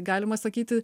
galima sakyti